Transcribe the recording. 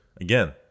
again